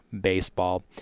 baseball